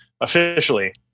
officially